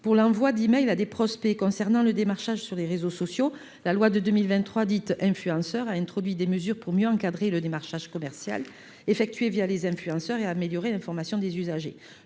pour l'envoi d'emails à des prospects. Concernant le démarchage sur les réseaux sociaux, la loi de 2023 dite « influencer » a introduit des mesures pour mieux encadrer le démarchage commercial effectué via les influenceurs et améliorer l'information des usagers.